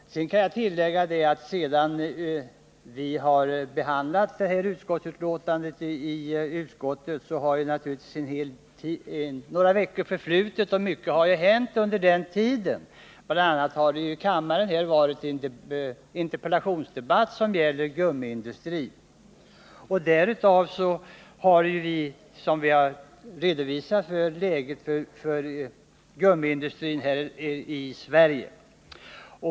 Jag kan tillägga att sedan utskottet avlämnade detta betänkande har några veckor förflutit, och mycket har hänt under den tiden. Bl. a. har det i kammaren varit en interpellationsdebatt som gällde läget för gummiindustrin här i Sverige.